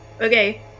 okay